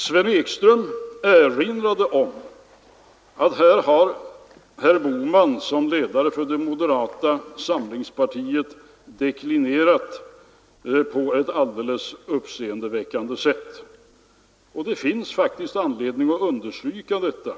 Sven Ekström erinrade om att här har herr Bohman som ledare för moderata samlingspartiet deklinerat på ett alldeles uppseendeväckande sätt. Och det finns faktiskt anledning att understryka detta.